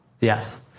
Yes